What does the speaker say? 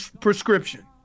prescription